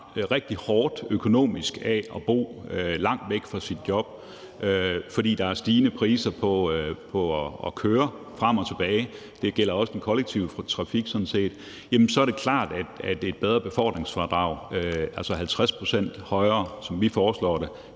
rigtig hårdt økonomisk af at bo langt væk fra sit job, fordi der er stigende priser på at køre frem og tilbage – det gælder sådan set også den kollektive trafik – så vil et bedre befordringsfradrag, altså 50 pct. højere, som vi foreslår,